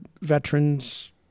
veterans